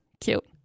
Cute